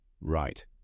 Right